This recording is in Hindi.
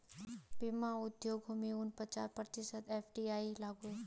बीमा उद्योग में उनचास प्रतिशत एफ.डी.आई लागू है